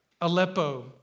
Aleppo